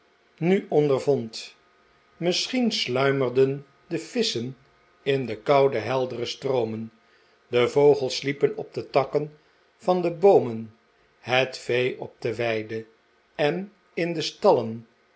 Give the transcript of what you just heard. nu ondervond misschien sluimerden de visschen in de koude heldere stroomen de vogels sliepen op de takken van de boomen het vee op de weide en in de stallen